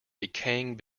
decaying